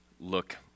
look